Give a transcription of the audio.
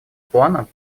плана